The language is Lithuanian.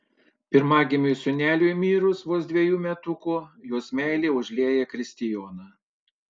pirmagimiui sūneliui mirus vos dvejų metukų jos meilė užlieja kristijoną